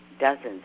dozens